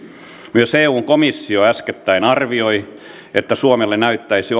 myös eun komissio äskettäin arvioi että suomella näyttäisi